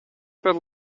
per